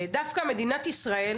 דווקא מדינת ישראל,